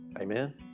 Amen